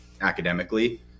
academically